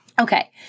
Okay